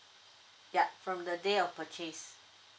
ya from the day of purchase